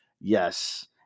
Yes